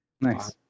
Nice